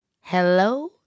hello